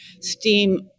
steam